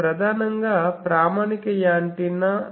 ఇవి ప్రధానంగా ప్రామాణిక యాంటెన్నా